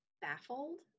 baffled